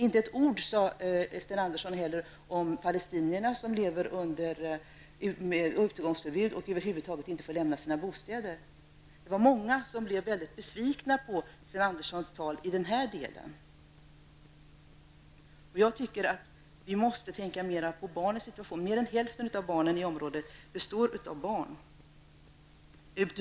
Inte ett ord sade Sten Andersson heller om palestinierna, som lever under utegångsförbud och över huvud taget inte får lämna sina bostäder. Det var många som blev mycket besvikna över Sten Andersson tal i den här delen. Jag tycker att vi måste tänka mera på barnens situation. Mer än hälften av befolkningen i området består av barn.